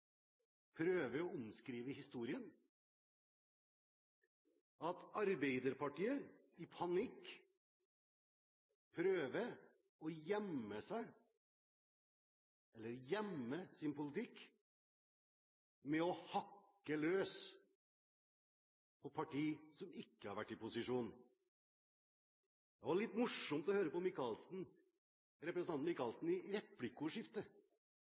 prøver å omskrive historien, at Arbeiderpartiet i panikk prøver å gjemme sin politikk ved å hakke løs på partier som ikke har vært i posisjon. Det var litt morsomt å høre på representanten Micaelsen i